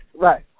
right